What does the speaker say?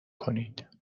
کنید